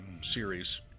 series